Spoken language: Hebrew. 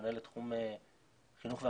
מנהלת תחום חינוך והכשרות,